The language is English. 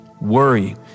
worry